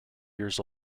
years